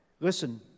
Listen